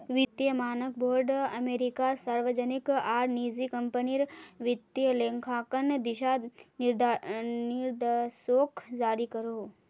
वित्तिय मानक बोर्ड अमेरिकात सार्वजनिक आर निजी क्म्पनीर वित्तिय लेखांकन दिशा निर्देशोक जारी करोहो